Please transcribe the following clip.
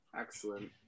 excellent